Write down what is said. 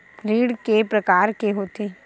ऋण के प्रकार के होथे?